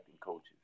coaches